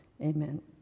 Amen